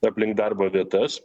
aplink darbo vietas